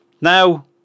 Now